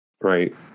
right